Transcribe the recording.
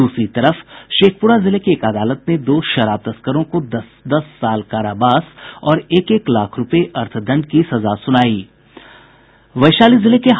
दूसरी तरफ शेखपुरा जिले की एक अदालत ने दो शराब तस्करों को दस दस साल कारावास और एक एक लाख रुपये अर्थदंड की सजा सुनायी है